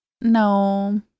no